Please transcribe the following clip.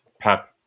Pep